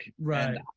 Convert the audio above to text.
right